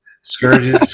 scourges